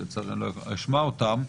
שלצערי לא אשמע אותם.